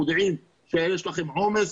מודיעים שיש לכם עומס,